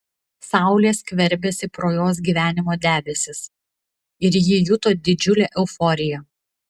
saulė skverbėsi pro jos gyvenimo debesis ir ji juto didžiulę euforiją